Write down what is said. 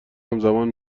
همزمان